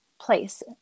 place